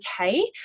okay